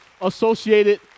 associated